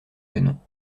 canons